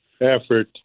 effort